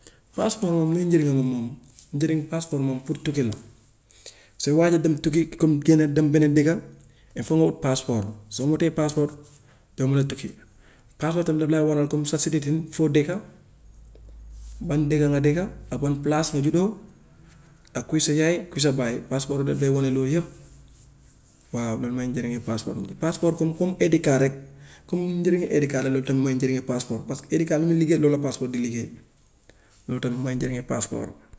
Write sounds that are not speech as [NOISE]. [NOISE] passeport moom luy njëriñam moom, njëriñu passeport moom pour tukki la. Sooy waaj a dem tukki comme génna dem beneen dëkka il faut nga ut passeport, soo wutee passeport doo mun a tukki. Passeport tam daf lay wanal comme sa city foo dëkka, ban dëkka nga dëkka, ak ban palaas nga juddoo, ak kuy sa yaay, kuy sa baay, passeport daf lay wane loolu yëpp, waaw loolu mooy njëriñu passeport bi. Passeport comme id card rek comme njëriñu id card rek loolu tam mooy njëriñu passeport, parce que id card lu muy liggéey loolu la passeport di liggéey, loolu tamit mooy njëriñu passeport.